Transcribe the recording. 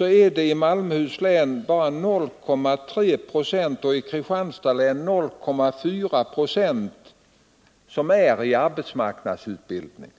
är i Malmöhus län bara 0,3 20 och i Kristianstads län 0,4 90 i arbetsmarknadsutbildning.